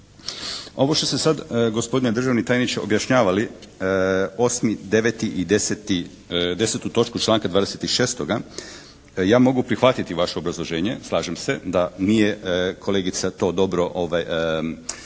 Ovo što ste sad gospodine državni tajniče objašnjavali 8., 9. i 10. točku članka 26. ja mogu prihvatiti vaše obrazloženje. Slažem se da nije kolegica to dobro navela